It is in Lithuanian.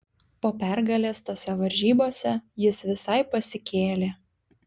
po pergalės tose varžybose jis visai pasikėlė